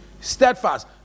steadfast